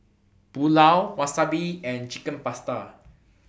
Pulao Wasabi and Chicken Pasta